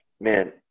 Man